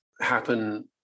happen